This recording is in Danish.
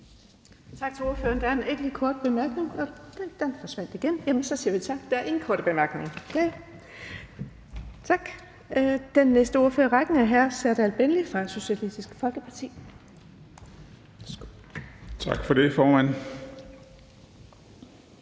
Tak for det, formand.